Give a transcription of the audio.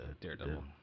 Daredevil